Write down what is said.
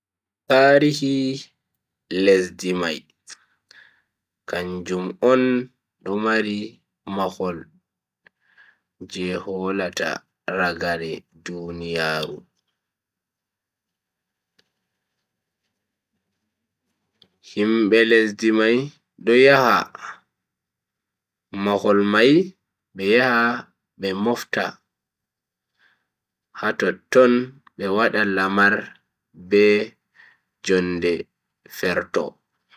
Tarihi lesdi mai kanjum on do mari mahol je hollata ragare duniyaaru. himbe lesdi mai do yaha mahol mai be yaha be mofta ha totton be wada Lamar be jonde ferto.